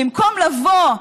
במקום לבוא,